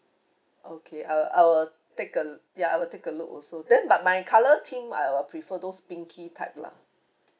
okay I'll I'll take a ya I will take a look also then but my colour theme I will prefer those pinky type lah